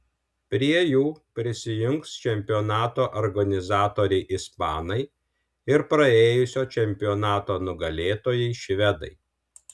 prie jų prisijungs čempionato organizatoriai ispanai ir praėjusio čempionato nugalėtojai švedai